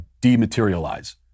dematerialize